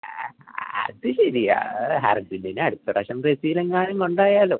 ഏ ആ അത് ശെരി അർജൻറ്റീന അട്ത്ത പ്രാവശ്യം ബ്രസീലെങ്ങാനം കൊണ്ടോയാലോ